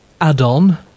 add-on